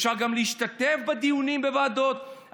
אפשר גם להשתתף בדיונים בוועדות,